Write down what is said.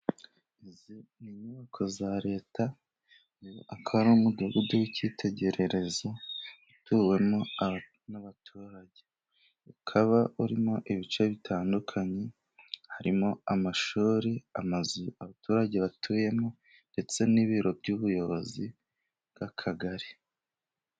Izi ni inyubako za leta hakaba n'umudugudu w'icyitegererezo utuwemo n'abaturage ukaba urimo ibice bitandukanye, harimo amashuri abaturage batuyemo, ndetse n'ibiro by'ubuyobozi bw'akagari.